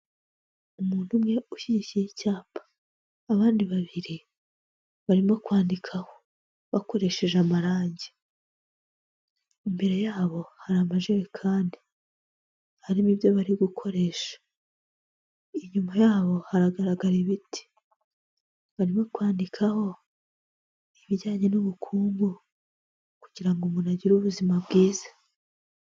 Umuntu umwe ushyigikiye icyapa, abandi babiri barimo kwandikaho bakoresheje amarangi, imbere yabo hari amajerekani arimo ibyo bari gukoresha, inyuma yabo haragaragara ibiti, barimo kwandikaho ibijyanye n'ubukungu kugira ngo umuntu agire ubuzima bwiza.